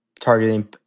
targeting